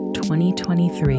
2023